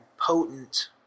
potent